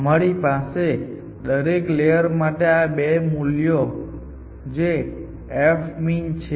અમારી પાસે દરેક લેયર માટે આ બે મૂલ્યો જે f min છે